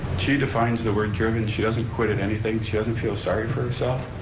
she defines the word determined, she doesn't quit at anything, she doesn't feel sorry for herself,